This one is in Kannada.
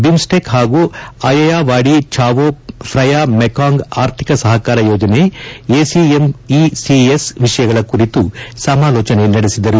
ಬಿಮ್ಸ್ಟೆಕ್ ಹಾಗೂ ಅಯೆಯಾವಾದಿ ಛಾವೊ ಫ್ರಯಾ ಮೆಕಾಂಗ್ ಆರ್ಥಿಕ ಸಹಕಾರ ಯೋಜನೆ ಎಸಿಎಂಇಸಿಎಸ್ ವಿಷಯಗಳ ಕುರಿತು ಸಮಾಲೋಚನೆ ನಡೆಸಿದರು